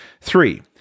Three